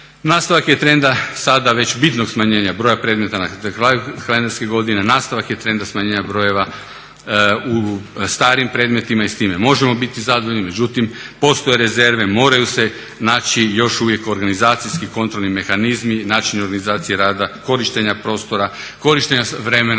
Nastavak je trenda sada već bitnog smanjenja broja predmeta na kraju kalendarske godine, nastavak je trenda smanjenja brojeva u starim predmetima i s time možemo biti zadovoljni. Međutim postoje rezerve, moraju se naći još uvijek organizaciji kontrolni mehanizmi, načini organizacije rada, korištenja prostora, korištenja vremena